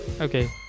Okay